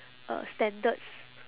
uh standards